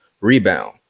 rebound